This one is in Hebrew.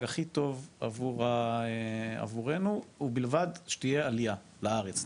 הכי טוב עבורנו ובלבד שתהיה עלייה לארץ,